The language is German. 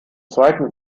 zweiten